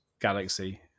galaxy